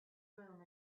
room